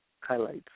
highlights